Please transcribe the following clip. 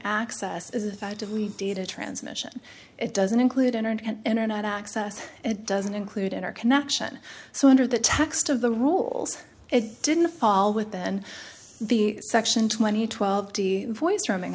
access is effectively data transmission it doesn't include internet and internet access it doesn't include in our connection so under the text of the rules it didn't fall within the section twenty twelve voice roaming